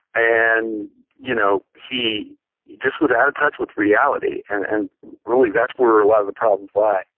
and you know he just was out of touch with reality and and really that's where a lot of the problems lay.